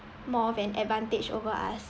more of an advantage over us